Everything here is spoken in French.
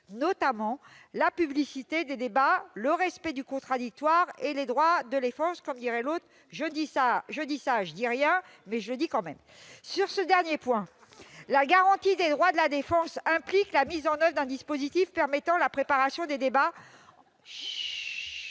notamment la publicité des débats, le respect du contradictoire et les droits de la défense- comme dirait l'autre, « je dis ça, je ne dis rien, mais je le dis quand même ». Sur ce dernier point, la garantie des droits de la défense implique la mise en oeuvre d'un dispositif permettant la préparation des débats entre